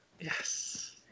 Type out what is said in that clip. Yes